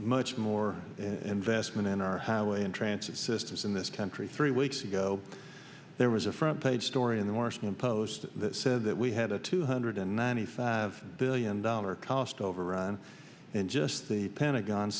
much more investment in our highway and transit systems in this country three weeks ago there was a front page story in the washington post that said that we had a two hundred ninety five billion dollar cost overrun and just the pentagon